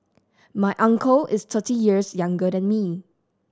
my uncle is thirty years younger than me